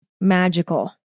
magical